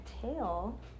tail